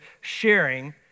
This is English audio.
sharing